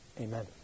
Amen